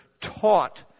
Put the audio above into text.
taught